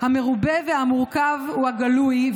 המרובה והמורכב הוא הגלוי,